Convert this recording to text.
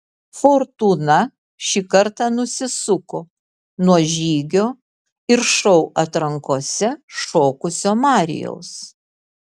fortūna šį kartą nusisuko nuo žygio ir šou atrankose šokusio marijaus